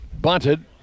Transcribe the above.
bunted